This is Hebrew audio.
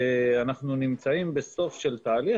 ואנחנו נמצאים בסוף של תהליך.